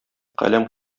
каләм